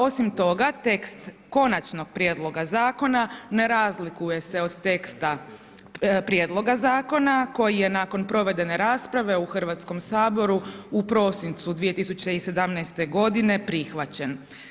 Osim toga, tekst Konačnog prijedloga zakona ne razlikuje se od teksta prijedloga zakona koji je nakon provedene rasprave u Hrvatskom saboru u prosincu 2017. godine prihvaćen.